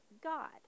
God